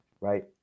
right